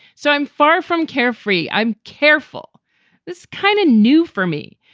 so i'm far from carefree. i'm careful this kind of new for me.